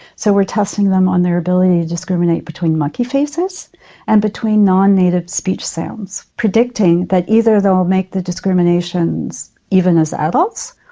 so we're testing them on their ability to discriminate between monkey faces and between non-native speech sounds predicting that either they will make the discriminations even as adults,